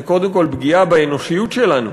זה קודם כול פגיעה באנושיות שלנו,